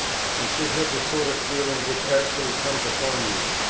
i should have the sort of feeling which actually comes upon me,